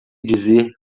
dizer